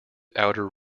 outer